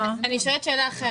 אבל המס מתחיל.